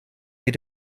they